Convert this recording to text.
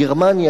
גרמניה,